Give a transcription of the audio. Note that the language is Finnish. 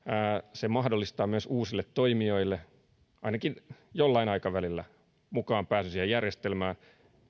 se mahdollistaa myös uusille toimijoille ainakin jollain aikavälillä pääsyn mukaan siihen järjestelmään